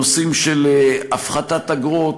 נושאים של הפחתת אגרות,